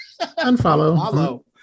unfollow